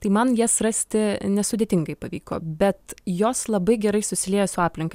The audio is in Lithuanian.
tai man jas rasti nesudėtingai pavyko bet jos labai gerai susilieja su aplinka